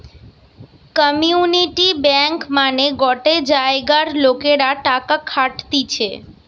community bank মানে গটে জায়গার লোকরা টাকা খাটতিছে